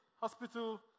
hospital